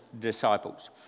disciples